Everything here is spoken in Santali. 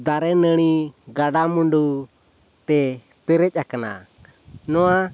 ᱫᱟᱨᱮᱼᱱᱟᱹᱲᱤ ᱜᱟᱰᱟᱼᱢᱩᱸᱰᱩᱛᱮ ᱯᱮᱨᱮᱡ ᱟᱠᱟᱱᱟ ᱱᱚᱣᱟ